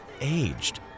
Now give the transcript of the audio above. aged